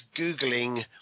googling